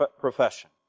profession